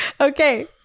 Okay